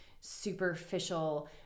superficial